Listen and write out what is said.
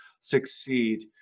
succeed